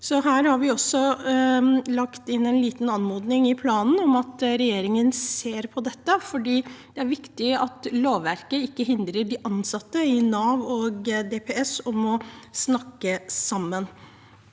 Vi har lagt inn en liten anmodning i planen om at regjeringen ser på dette, for det er viktig at lovverket ikke hindrer de ansatte i Nav og DPS i å snakke sammen.